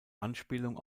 anspielung